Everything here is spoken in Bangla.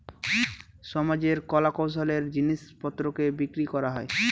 সমাজে কলা কৌশলের জিনিস পত্রকে বিক্রি করা হয়